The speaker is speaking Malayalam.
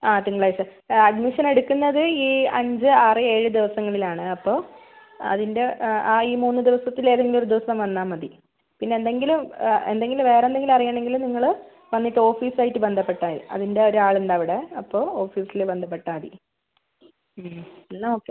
ആ തിങ്കളാഴ്ച്ച അഡ്മിഷൻ എടുക്കുന്നത് ഈ അഞ്ച് ആറ് ഏഴ് ദിവസങ്ങളിലാണ് അപ്പോൾ അതിന്റെ ആ ഈ മൂന്ന് ദിവസത്തിൽ ഏതെങ്കിലും ഒരു ദിവസം വന്നാൽ മതി പിന്നെ എന്തെങ്കിലും എന്തെങ്കിലും വേറെ എന്തെങ്കിലും അറിയണമെങ്കിൽ നിങ്ങൾ വന്നിട്ട് ഓഫീസും ആയിട്ട് ബന്ധപ്പെട്ടാൽ മതി അതിൻ്റെ ഒരാളുണ്ട് അവിടെ അപ്പം ഓഫീസിൽ ബന്ധപ്പെട്ടാൽ മതി എന്നാൽ ഓക്കെ